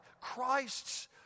Christ's